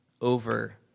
over